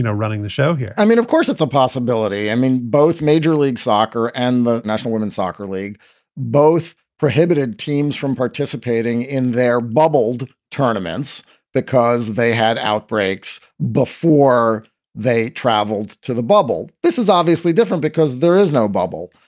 running the show here i mean, of course, it's a possibility. i mean, both major league soccer and the national women's soccer league both prohibited teams from participating in their bubbled tournaments because they had outbreaks before they traveled to the bubble. this is obviously different because there is no bubble.